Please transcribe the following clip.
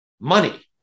money